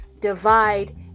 divide